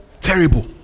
terrible